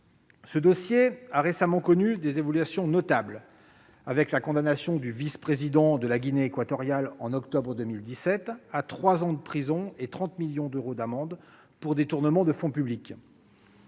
Ce dossier a récemment connu des évolutions notables avec la condamnation du vice-président de Guinée équatoriale, en octobre 2017, à trois ans de prison et 30 millions d'euros d'amende pour détournement de fonds publics.